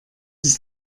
ist